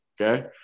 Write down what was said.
Okay